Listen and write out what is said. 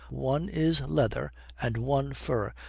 one is leather and one fur,